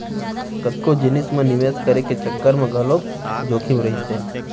कतको जिनिस म निवेस करे के चक्कर म घलोक जोखिम रहिथे